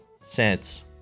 cents